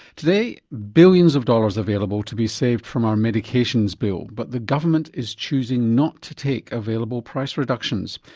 today, billions of dollars available to be saved from our medications bill, but the government is choosing not to take available price reductions,